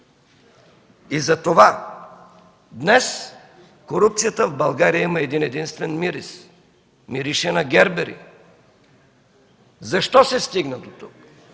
Затова днес корупцията в България има един-единствен мирис – мирише на гербери! Защо се стигна дотук?